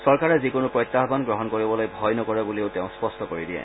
চৰকাৰে যিকোনো প্ৰত্যাহবান গ্ৰহণ কৰিবলৈ ভয় নকৰে বুলিও তেওঁ স্পষ্ট কৰি দিয়ে